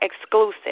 exclusive